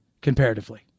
comparatively